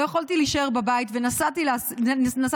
לא יכולתי להישאר בבית ונסעתי לסייע.